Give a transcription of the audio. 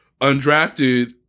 undrafted